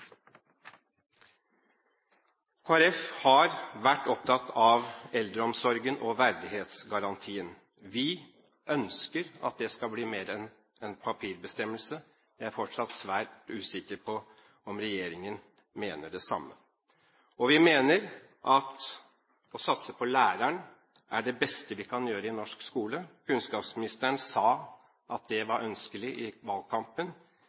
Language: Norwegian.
har vært opptatt av eldreomsorgen og verdighetsgarantien. Vi ønsker at det skal bli mer enn en papirbestemmelse. Jeg er fortsatt svært usikker på om regjeringen mener det samme. Vi mener at å satse på læreren er det beste vi kan gjøre i norsk skole. Kunnskapsministeren sa i valgkampen at det